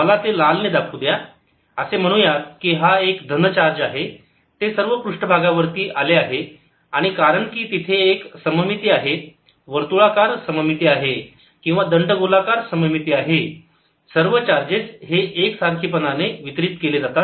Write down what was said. मला ते लाल ने दाखवू द्या असे म्हणू या की हा एक धन चार्ज आहे ते सर्व पृष्ठभागावरती आले आहे आणि कारण की तिथे एक सममिती आहे वर्तुळाकार सममिती आहे किंवा दंडगोलाकार सममिती आहे सर्व चार्जेस हे एकसारखीपणाने वितरित केलेले असतील